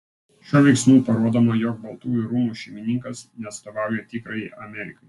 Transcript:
šiuo veiksmu parodoma jog baltųjų rūmų šeimininkas neatstovauja tikrajai amerikai